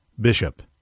Bishop